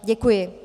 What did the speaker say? Děkuji.